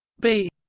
b?